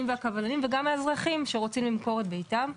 והקבלנים וגם מהאזרחים שרוצים למכור את ביתם.